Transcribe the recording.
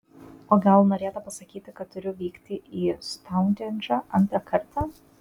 o gal norėta pasakyti kad turiu vykti į stounhendžą antrą kartą